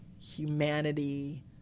humanity